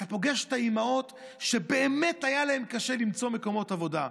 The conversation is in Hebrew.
אתה פוגש את האימהות שבאמת היה להן קשה למצוא מקומות עבודה.